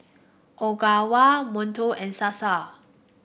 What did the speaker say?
Ogawa Monto and Sasa